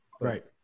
Right